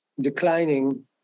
declining